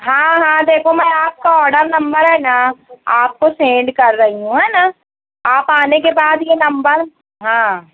ہاں ہاں دیکھو میں آپ کا آڈر نمبر ہے نا آپ کو سینڈ کر رہی ہوں ہے نا آپ آنے کے بعد یہ نمبر ہاں